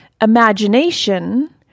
imagination